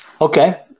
Okay